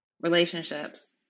relationships